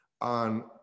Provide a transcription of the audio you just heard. On